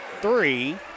three